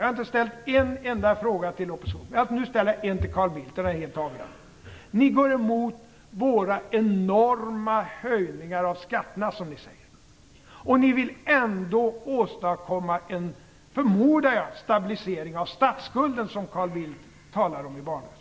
Jag har inte ställt en enda fråga till oppositionen, men nu ställer jag en fråga till Carl Bildt, och den är helt avgörande. Ni går emot våra "enorma höjningar av skatterna", och ni vill ändå åstadkomma, förmodar jag, den stabilisering av statsskulden som Carl Bildt talade om i valrörelsen.